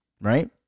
right